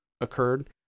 occurred